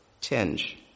tinge